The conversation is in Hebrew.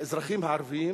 האזרחים הערבים